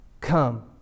come